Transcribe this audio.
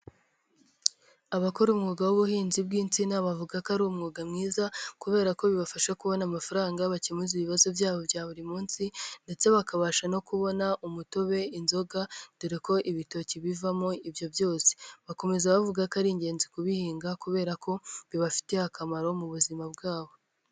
Abakora umwuga w'ubuhinzi bw'insina bavuga ko ari umwuga mwiza kubera ko bibafasha kubona amafaranga bakemuza ibibazo byabo bya buri munsi ndetse bakabasha no kubona umutobe, inzoga, dore ko ibitoki bivamo ibyo byose. Bakomeza bavuga ko ari ingenzi kubihinga kubera ko bibafitiye akamaro mu buzima bwabo.